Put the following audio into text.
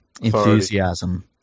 enthusiasm